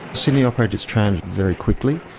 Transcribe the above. sydney operated its trams very quickly,